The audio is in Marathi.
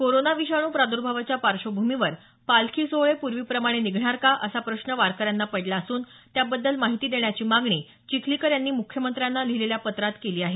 कोरोना विषाणू प्रादर्भावाच्या पार्श्वभूमीवर पालखी सोहळे पूर्वीप्रमाणे निघणार का असा प्रश्न वारकर्यांना पडला असून त्याबद्दल माहिती देण्याची मागणी चिखलीकर यांनी मुख्यमंत्र्यांना लिहिलेल्या पत्रात केली आहे